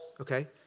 Okay